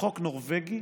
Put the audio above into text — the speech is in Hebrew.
שחוק נורבגי